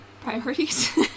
Priorities